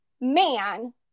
man